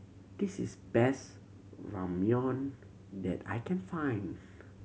this is the best Ramyeon that I can find